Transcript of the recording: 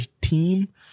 team